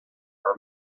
our